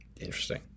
Interesting